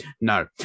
no